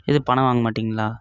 எது பணம் வாங்க மாட்டிங்களா